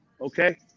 Okay